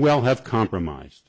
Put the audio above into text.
well have compromised